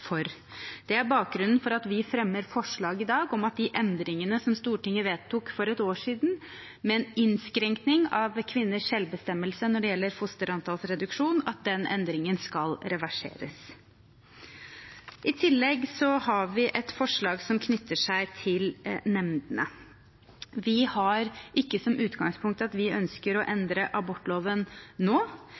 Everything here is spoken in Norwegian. for. Det er bakgrunnen for at vi fremmer forslag i dag om at endringen som Stortinget vedtok for et år siden, med innskrenkning av kvinners selvbestemmelse når det gjelder fosterantallsreduksjon, skal reverseres. I tillegg har vi et forslag som knytter seg til nemndene. Vi har ikke som utgangspunkt at vi ønsker å endre abortloven nå,